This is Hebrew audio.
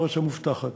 בארץ המובטחת,